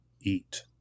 eat